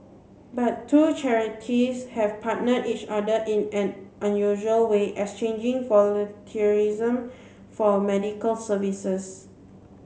but two charities have partnered each other in an unusual way exchanging volunteerism for medical services